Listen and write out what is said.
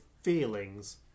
feelings